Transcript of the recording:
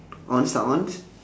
onz tak onz